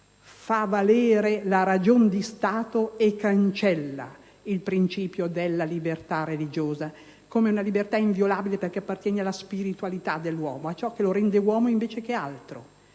fa valere la ragione di Stato e cancella il principio della libertà religiosa, che è una libertà inviolabile perché appartiene alla spiritualità dell'uomo: è ciò che lo rende uomo invece che altro.